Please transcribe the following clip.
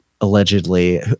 allegedly